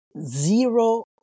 zero